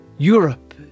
Europe